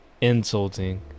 insulting